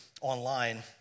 online